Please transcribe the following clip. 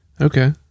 Okay